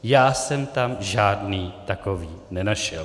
Já jsem tam žádný takový nenašel.